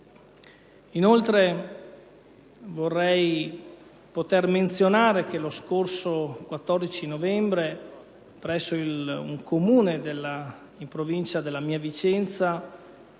Inoltre, vorrei poter menzionare il fatto che lo scorso 14 novembre, presso un Comune in Provincia della mia Vicenza,